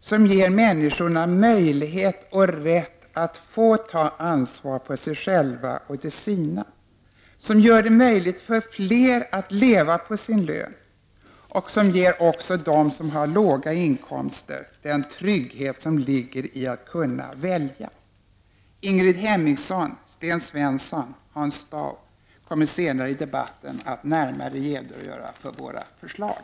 som ger människorna möjlighet och rätt att få ta ansvar för sig själv och de sina, som gör det möjligt för fler att leva på sin lön och som ger också dem med låga inkomster den trygghet som ligger i att kunna välja. Ingrid Hemmingsson, Sten Svensson och Hans Dau kommer senare i debatten att närmare redogöra för våra förslag.